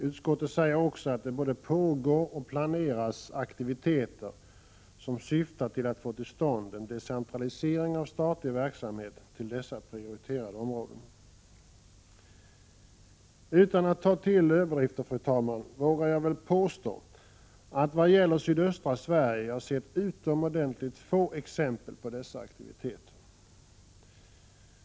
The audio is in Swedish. Utskottet säger också att det både pågår och planeras aktiviteter som syftar till att få till stånd en decentralisering av statlig verksamhet till dessa prioriterade områden. Utan att gå till överdrifter, fru talman, vågar jag påstå att vad gäller sydöstra Sverige har jag sett utomordentligt få exempel på dessa aktiviteter.